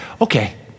Okay